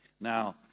Now